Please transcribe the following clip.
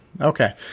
Okay